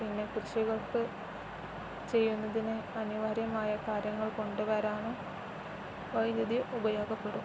പിന്നെ കുഷികൾക്കു ചെയ്യുന്നതിന് അനിവാര്യമായ കാര്യങ്ങൾ കൊണ്ടുവരാനും വൈദ്യുതി ഉപയോഗപ്പെടും